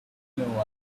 know